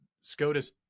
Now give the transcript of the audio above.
scotus